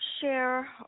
share